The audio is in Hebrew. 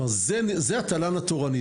כלומר, זה התל"ן התורני.